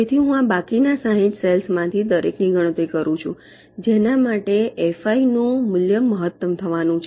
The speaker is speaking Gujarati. તેથી હું બાકીના 60 સેલ્સ માંથી દરેકની ગણતરી કરું છું જેના માટે એફઆઈ નું મૂલ્ય મહત્તમ થવાનું છે